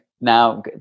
now